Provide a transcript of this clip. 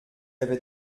avait